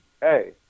hey